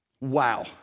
Wow